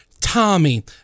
Tommy